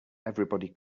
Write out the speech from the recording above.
everybody